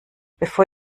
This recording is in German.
bevor